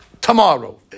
tomorrow